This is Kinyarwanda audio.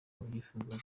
babyifuzaga